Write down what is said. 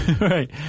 Right